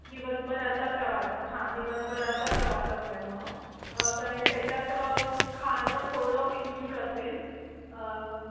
दिवसभराचा प्रवास हां दिवसभराचा प्रवास असल्यामुळं कारण त्याच्यात खाणं थोडं इनक्ल्यूड असेल